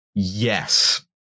Yes